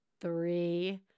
three